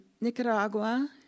Nicaragua